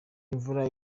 imvura